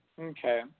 Okay